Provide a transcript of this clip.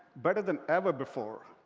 better than ever before,